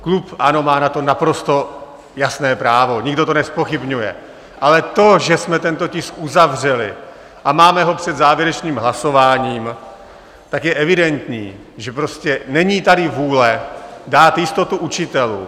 Klub ANO má na to naprosto jasné právo, nikdo to nezpochybňuje, ale to, že jsme tento tisk uzavřeli a máme ho před závěrečným hlasováním, tak je evidentní, že prostě není tady vůle dát jistotu učitelům.